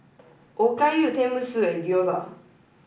Okayu Tenmusu and Gyoza